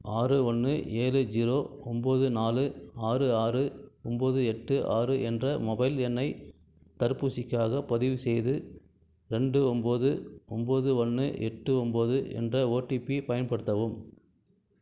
ஆறு ஒன்று ஏழு ஜீரோ ஒம்போது நாலு ஆறு ஆறு ஒம்போது எட்டு ஆறு என்ற மொபைல் எண்ணை தடுப்பூசிக்காக பதிவு செய்து ரெண்டு ஒம்போது ஒம்போது ஒன்று எட்டு ஒம்போது என்ற ஓடிபி பயன்படுத்தவும்